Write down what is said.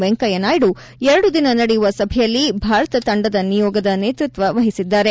ವೆಂಕಯ್ಲ ನಾಯ್ಡು ಅವರು ಎರಡು ದಿನ ನಡೆಯುವ ಸಭೆಯಲ್ಲಿ ಭಾರತ ತಂಡದ ನಿಯೋಗದ ನೇತೃತ್ವ ವಹಿಸಿದ್ದಾರೆ